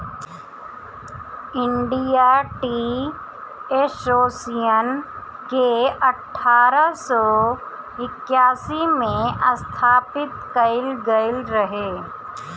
India tea association के अठारह सौ इक्यासी में स्थापित कईल गईल रहे